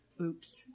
Oops